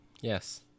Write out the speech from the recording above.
Yes